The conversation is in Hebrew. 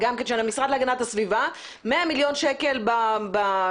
של המשרד להגנת הסביבה 100 מיליון שקל ברשויות